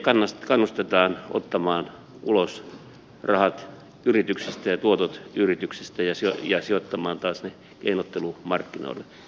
sijoittajia kannustetaan ottamaan ulos rahat yrityksistä ja tuotot yrityksistä ja sijoittamaan ne taas keinottelumarkkinoille